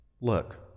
look